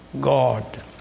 God